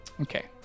Okay